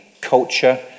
culture